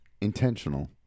Intentional